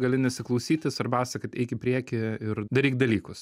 gali nesiklausyti svarbiausia kad eik į priekį ir daryk dalykus